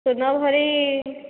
ସୁନା ଭରି